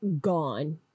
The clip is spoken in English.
gone